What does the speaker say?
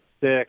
sick